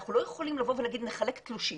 אנחנו לא יכולים לבוא ולהגיד אנחנו נחלק תלושים.